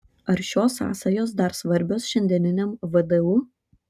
ar šios sąsajos dar svarbios šiandieniniam vdu